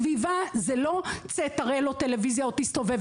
סביבה זה לא להראות לו טלוויזיה או להסתובב